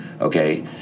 Okay